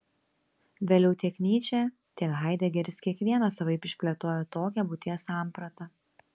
vėliau tiek nyčė tiek haidegeris kiekvienas savaip išplėtojo tokią būties sampratą